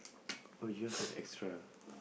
or just extra